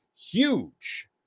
huge